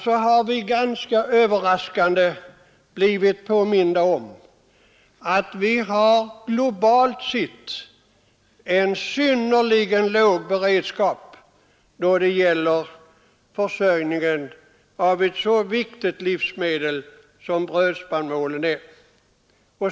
Vi har alltså ganska överraskande blivit påminda om att det globalt sett är en synnerligen låg beredskap då det gäller försörjningen med ett så viktigt livsmedel som brödspannmålen är.